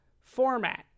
format